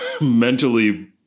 mentally